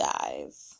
dive